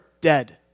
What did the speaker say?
dead